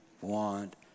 want